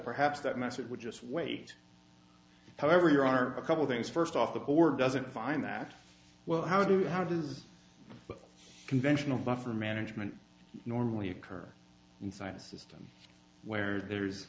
perhaps that message would just wait however here are a couple things first off the board doesn't find that well how do how does conventional buffer management normally occur in science system where there's